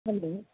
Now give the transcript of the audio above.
hello